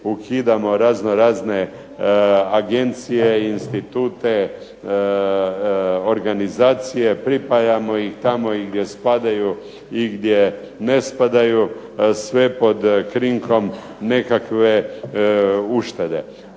ukidamo razno razne agencije, institute, organizacije, pripajamo ih tamo i gdje spadaju i gdje ne spadaju, sve pod krinkom nekakve uštede.